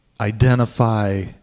identify